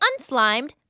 unslimed